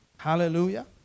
Hallelujah